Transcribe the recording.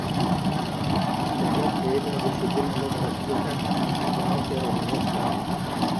pfui ir staiga kairiąją viršutinę nugaros pusę sutraukė raumenų spazmas